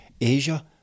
Asia